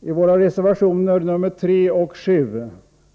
I våra reservationer 3 och 7